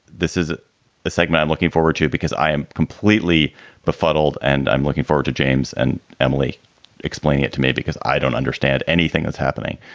this is the segment looking forward to because i am completely befuddled and i'm looking forward to james and emily explaining it to me because i don't understand anything that's happening.